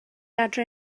adre